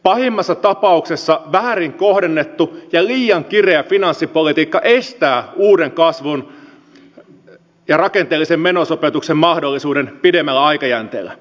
pahimmassa tapauksessa väärin kohdennettu ja liian kireä finanssipolitiikka estää uuden kasvun ja rakenteellisen menosopeutuksen mahdollisuuden pidemmällä aikajänteellä